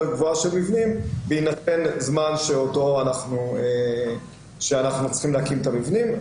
גבוהה של מבנים בהינתן זמן שאנחנו צריכים להקים את המבנים.